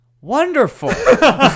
wonderful